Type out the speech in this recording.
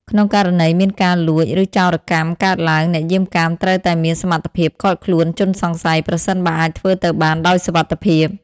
ក្នុងករណីមានការលួច ឬចោរកម្មកើតឡើង អ្នកយាមកាមត្រូវតែមានសមត្ថភាព ឃាត់ខ្លួនជនសង្ស័យ ប្រសិនបើអាចធ្វើទៅបានដោយសុវត្ថិភាព។